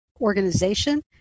organization